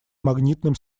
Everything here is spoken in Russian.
магнитным